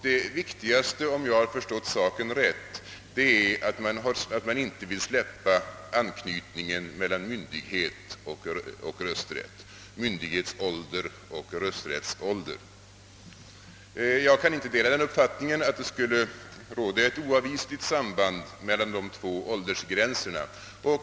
Det viktigaste är, om jag förstått saken rätt, att man inte vill släppa an knytningen mellan myndighetsålder och rösträttsålder. Jag kan inte dela uppfattningen att det skulle råda ett oavvisligt samband mellan dessa två åldersgränser.